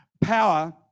power